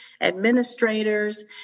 administrators